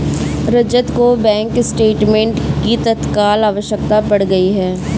रजत को bank statement की तत्काल आवश्यकता पड़ गई है